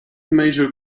major